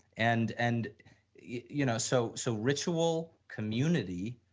and and, you know, so so ritual community,